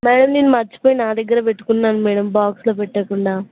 madam నేను మర్చిపోయి నా దగ్గరే పెట్టుకున్నాను మ్యాడమ్ బాక్స్లో పెట్టకుండా